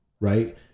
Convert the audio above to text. right